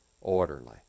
orderly